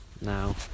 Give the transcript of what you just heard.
now